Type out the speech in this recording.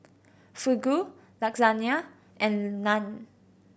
Fugu Lasagna and Naan